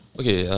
okay